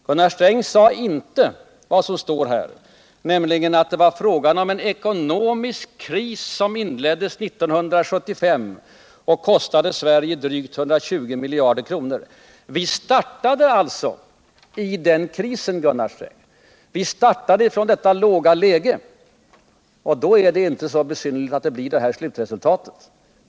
Gunnar Sträng sade inte vad som också står i artikeln, nämligen att det var fråga om en ekonomisk kris som inleddes 1975 och som kostat Sverige drygt 120 miljarder. Vi startade alltså i den krisen, Gunnar Sträng. Vi startade från detta låga läge. Då är det inte så besynnerligt att vi får ett sådant slutresultat.